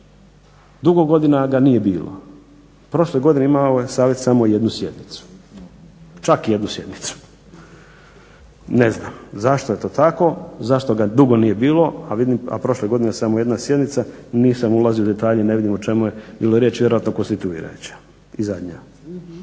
dugo godina ga nije bilo, prošle godine imao je savjet samo jednu sjednicu, čak jednu sjednicu. Ne znam zašto je to tako, zašto ga dugo nije bilo, a vidim, a prošle godine samo jedna sjednica, nisam ulazio u detalje ne vidimo o čemu je bilo riječ, vjerojatno konstituirajući i zadnja.